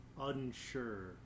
unsure